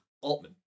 altman